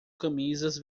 camisas